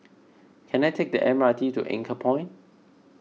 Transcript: can I take the M R T to Anchorpoint